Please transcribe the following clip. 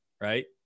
right